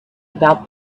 about